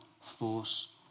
force